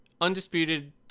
undisputed